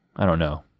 i don't know,